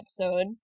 episode